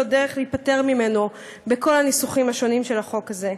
דרך להיפטר ממנו בכל הניסוחים השונים של החוק הזה.